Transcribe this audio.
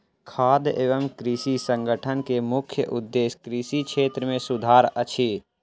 खाद्य एवं कृषि संगठन के मुख्य उदेश्य कृषि क्षेत्र मे सुधार अछि